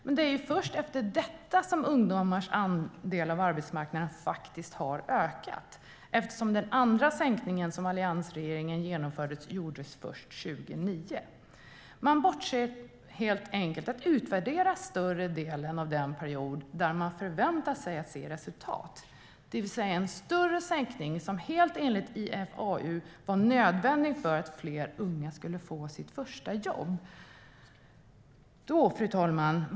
Men det är först efter detta som ungdomars andel av arbetsmarknaden faktiskt har ökat, eftersom den andra sänkningen som alliansregeringen genomförde gjordes först 2009. Man bortser helt enkelt från att utvärdera större delen av den period där man förväntat sig att se resultat, det vill säga en större sänkning som enligt IFAU var nödvändig för att fler unga skulle få sitt första jobb.